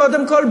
קודם כול,